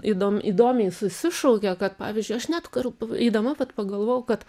įdom įdomiai sušaukia kad pavyzdžiui aš net kur eidama vat pagalvojau kad